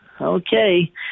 Okay